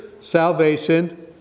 salvation